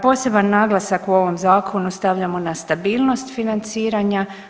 Poseban naglasak u ovom zakonu stavljamo na stabilnost financiranja.